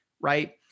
right